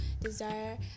desire